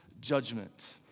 judgment